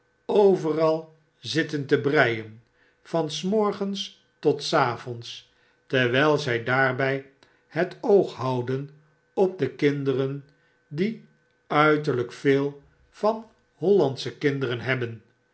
overal zitten te breiden van s morgens tot s avonds terwyl zi daarby het oog houden op de kinderen die uiterlyk veel van hollandsche kinderen hebben